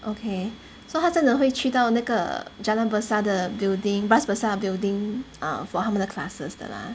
okay so 他真的会去到那个 jalan besar 的 building bras basah 的 building err for 他们的 classes 的 lah